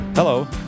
Hello